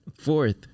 fourth